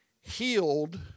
healed